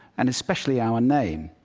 and especially our name.